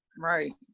Right